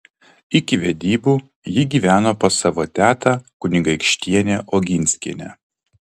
iki vedybų ji gyveno pas savo tetą kunigaikštienę oginskienę